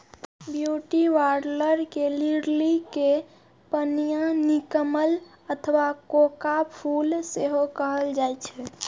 blue water lily कें पनिया नीलकमल अथवा कोका फूल सेहो कहल जाइ छैक